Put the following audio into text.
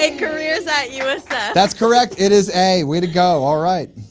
yeah careers at usf that's correct it is a, way to go! alright,